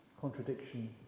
contradiction